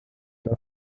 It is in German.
der